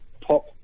pop